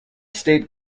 state